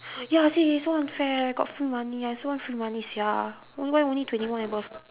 ya see so unfair got free money I also want free money sia why only twenty one and above